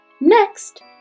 Next